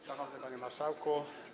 Szanowny Panie Marszałku!